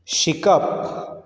शिकप